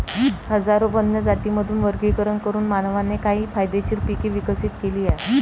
हजारो वन्य जातींमधून वर्गीकरण करून मानवाने काही फायदेशीर पिके विकसित केली आहेत